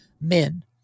men